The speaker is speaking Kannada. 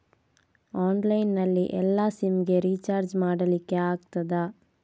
ಆನ್ಲೈನ್ ನಲ್ಲಿ ಎಲ್ಲಾ ಸಿಮ್ ಗೆ ರಿಚಾರ್ಜ್ ಮಾಡಲಿಕ್ಕೆ ಆಗ್ತದಾ?